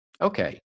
okay